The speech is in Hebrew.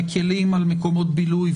מקלים על מקומות בילוי,